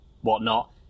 whatnot